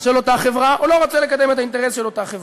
של אותה חברה או לא רוצה לקדם את האינטרס של אותה חברה.